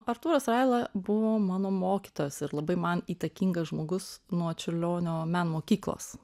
artūras raila buvo mano mokytojas ir labai man įtakingas žmogus nuo čiurlionio meno mokyklos